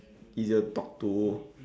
easier to talk to